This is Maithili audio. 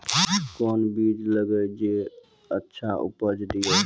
कोंन बीज लगैय जे अच्छा उपज दिये?